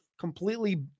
completely